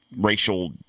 racial